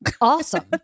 awesome